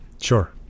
Sure